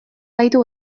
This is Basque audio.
gaitu